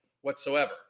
whatsoever